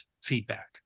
feedback